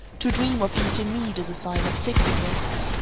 to dream of eating meat is a sign of sickness.